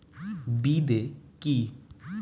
বিদে কি?